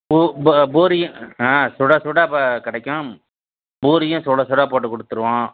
பூ ப பூரியும் ஆ சுடச் சுட இப்போ கிடைக்கும் பூரியும் சுடச் சுட போட்டுக் கொடுத்துருவோம்